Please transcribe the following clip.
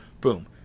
Boom